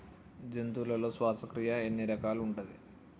జంతువులలో శ్వాసక్రియ ఎన్ని రకాలు ఉంటది?